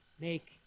make